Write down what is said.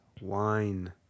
wine